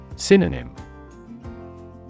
Synonym